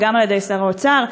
וגם על-ידי שר האוצר,